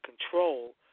control